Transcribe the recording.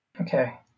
Okay